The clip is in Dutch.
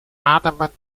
ademen